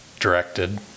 directed